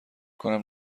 کنم